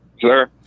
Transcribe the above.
Sir